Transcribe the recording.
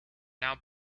now